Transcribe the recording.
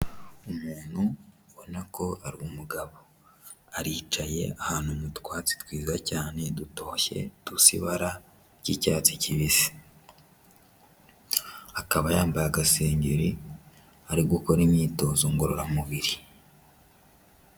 Umuntu ubona ko ari umugabo aricaye ahantu mutwatsi twiza cyaneshyeba ry'icyatsi kibisiri ari gukora imyitozo ngororamubiri.